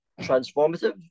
transformative